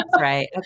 right